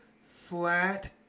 flat